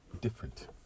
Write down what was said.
Different